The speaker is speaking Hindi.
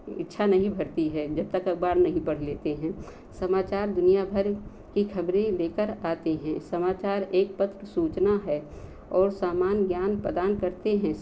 इच्छा नहीं भरती है जब तक अखबार नहीं पढ़ लेते हैं समाचार दुनिया भर की खबरें लेकर आते हैं समाचार एक तक सूचना है और सामान ज्ञान प्रदान करते हैं